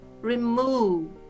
remove